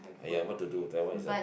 !aiya! what to do that one is a